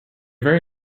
very